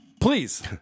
Please